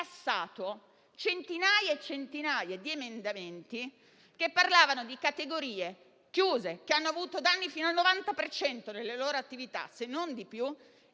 di emendamenti che parlavano di categorie chiuse, che hanno subito danni fino al 90 per cento nelle loro attività, se non di più,